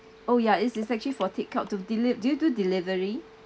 oh ya it's it's actually for takeout to deli~ do you delivery